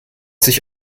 sich